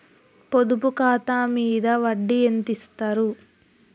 పొదుపు ఖాతా మీద వడ్డీ ఎంతిస్తరు?